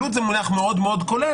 עלות זה מונח מאוד כולל.